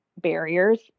barriers